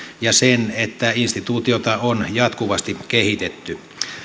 ja sen että instituutiota on jatkuvasti kehitetty